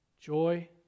joy